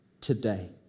today